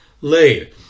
laid